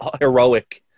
heroic